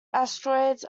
asteroids